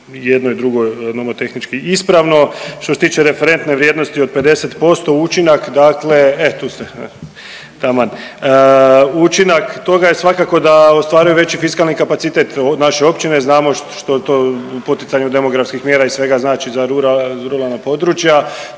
jedno i drugo nomotehnički ispravno. Što se tiče referentne vrijednosti od 50% učinak dakle, e tu ste taman, učinak toga je svakako da ostvaruje veći fiskalni kapacitet od naše općine, znamo da što to u poticanju demografskih mjera i svega znači za rura…, ruralna područja,